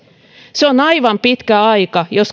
se on aivan liian pitkä aika jos